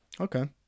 Okay